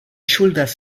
ŝuldas